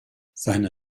seine